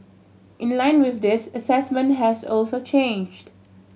in line with this assessment has also changed